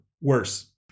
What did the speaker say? worse